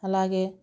అలాగే